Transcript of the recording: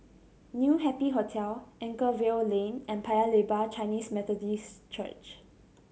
New Happy Hotel Anchorvale Lane and Paya Lebar Chinese Methodist Church